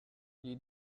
gli